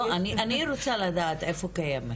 לא, לא, אני רוצה לדעת איפה היא קיימת.